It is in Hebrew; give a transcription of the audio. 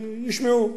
ישמעו.